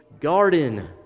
garden